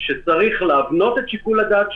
שצריך להבנות את שיקול הדעת,